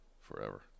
Forever